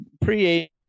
pre